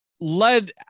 led